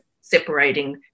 separating